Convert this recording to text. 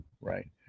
Right